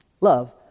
Love